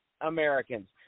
Americans